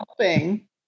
helping